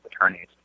attorneys